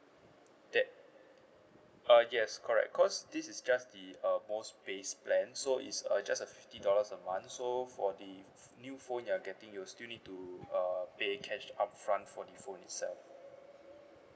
that uh yes correct because this is just the uh most base plan so it's a just a fifty dollars a month so for the new phone you're getting you will still need to uh pay cash upfront for the phone itself